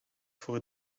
voor